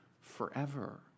forever